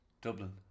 Dublin